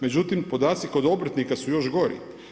Međutim, podaci kod obrtnika su još gori.